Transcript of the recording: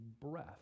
breath